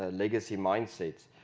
ah legacy mind sets.